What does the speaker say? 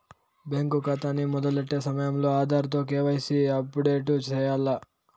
bank కాతాని మొదలెట్టే సమయంలో ఆధార్ తో కేవైసీని అప్పుడేటు సెయ్యాల్ల